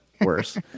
worse